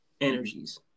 energies